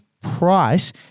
price